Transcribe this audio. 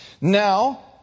Now